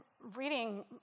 reading